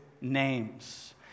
names